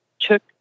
took